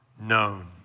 known